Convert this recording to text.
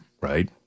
right